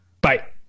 bye